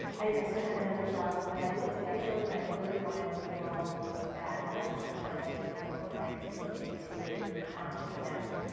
i still had another child but when i looked at my children i really wanted the role that i was fulfilling as a poet laureate to speak to not just them,